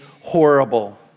horrible